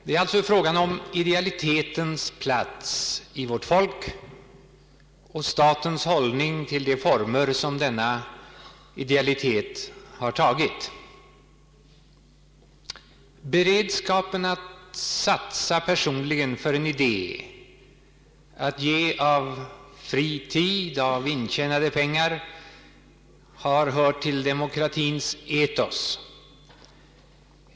Det är alltså fråga om idealitetens plats i vårt folk och statens hållning till de former som denna idealitet har tagit. Beredskapen att satsa personligen för en idé, att ge av fri tid och intjänade pengar har hört till demokratins ethos.